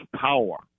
power